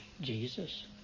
Jesus